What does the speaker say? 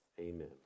Amen